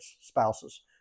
spouses